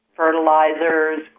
fertilizers